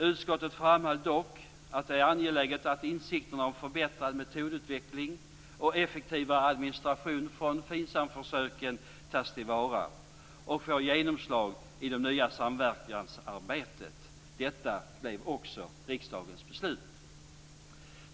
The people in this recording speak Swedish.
Utskottet framhöll dock att det är angeläget att insikterna om förbättrad metodutveckling och effektivare administration från FINSAM-försöken tas till vara, och får genomslag i det nya samverkansarbetet. Detta blev också riksdagens beslut.